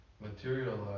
materialize